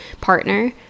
partner